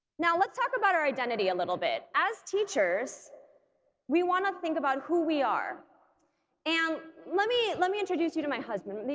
now let's talk about our identity a little bit as teachers we want to think about who we are and let me let me introduce you to my husband.